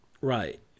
Right